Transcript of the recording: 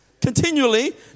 continually